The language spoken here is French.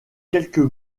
quelques